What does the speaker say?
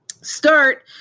start